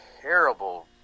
terrible